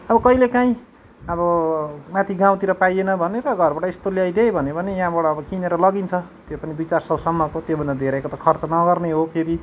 अब कहिलेकाहीँ अब माथि गाउँतिर पाइएन भने र घरबाट यस्तो ल्याइदे है भन्यो भने यहाँबाट अब किनेर लगिन्छ त्यो पनि दुई चार सौसम्मको त्योभन्दा धेरैको त खर्च नगर्ने हो फेरि